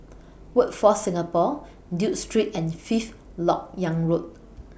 Workforce Singapore Duke Street and Fifth Lok Yang Road